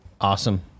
Awesome